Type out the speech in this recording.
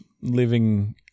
living